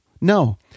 No